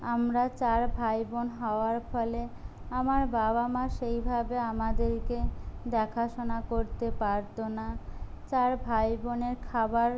আমরা চার ভাই বোন হওয়ার ফলে আমার বাবা মা সেইভাবে আমাদেরকে দেখাশোনা করতে পারত না চার ভাই বোনের খাবার